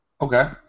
Okay